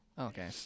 Okay